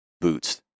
boots